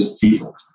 people